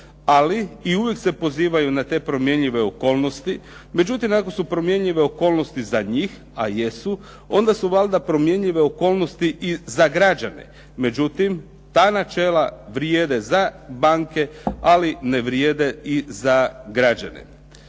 ali i uvijek se pozivaju na te promjenjive okolnosti. Međutim, ako su promjenjive okolnosti za njih a jesu onda su valjda promjenjive okolnosti i za građane. Međutim, ta načela vrijede za banke ali ne vrijede i za građane.